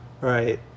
right